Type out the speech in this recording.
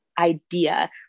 Idea